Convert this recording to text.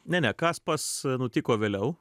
ne ne kaspas nutiko vėliau